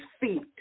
feet